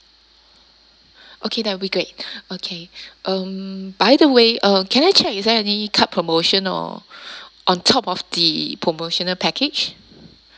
okay that will be great okay um by the way uh can I check is there any card promotion or on top of the promotional package